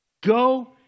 Go